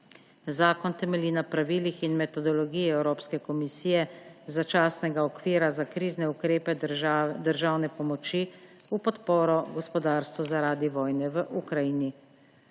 Zakon temelji na pravilih in metodologiji Evropske komisije začasnega okvira za krizne ukrepe državne pomoči v podporo gospodarstvu zaradi vojne v Ukrajini.